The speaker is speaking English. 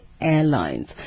airlines